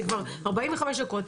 זה כבר 45 דקות,